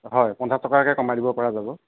হয় পঞ্চাছ টকাকৈ কমাই দিব পৰা যাব